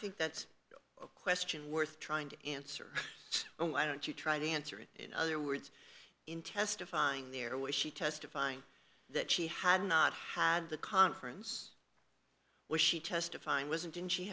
think that's a question worth trying to answer and why don't you try to answer it in other words in testifying there was she testifying that she had not had the conference was she testifying wasn't didn't she